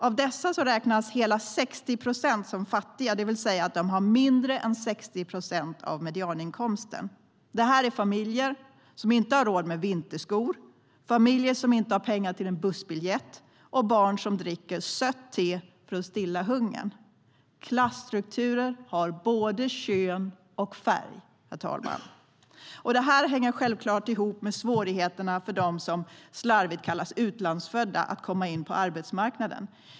Av dessa räknas hela 60 procent som fattiga, det vill säga att de har mindre än 60 procent av medianinkomsten. Det är familjer som inte har råd med vinterskor, familjer som inte har pengar till en bussbiljett och barn som dricker sött te för att stilla hungern. Klasstrukturer har både kön och färg, herr talman. Detta hänger självklart ihop med svårigheterna för dem som slarvigt kallas utlandsfödda att komma in på arbetsmarknaden.